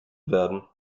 werden